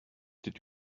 did